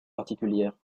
particulière